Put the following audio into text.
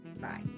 bye